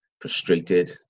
frustrated